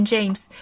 James